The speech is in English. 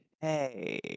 Hey